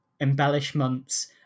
embellishments